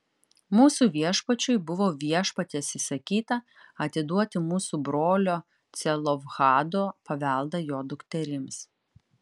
mūsų viešpačiui buvo viešpaties įsakyta atiduoti mūsų brolio celofhado paveldą jo dukterims